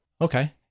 Okay